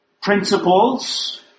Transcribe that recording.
principles